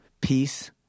peace